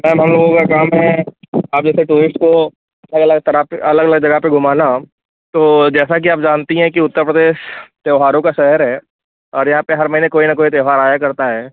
ma'am हम लोगों का काम है आप जैसे टूरिस्ट को अलग अलग तरह पर अलग अलग जगह पर घूमाना तो जैसा कि आप जानती हैं कि उत्तर प्रदेश त्योहारों का शहर है और यहाँ पर हर महीने कोई ना कोई त्यौहार आया करता है